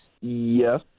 Yes